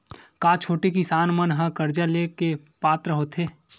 का छोटे किसान मन हा कर्जा ले के पात्र होथे?